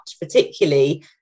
particularly